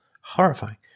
Horrifying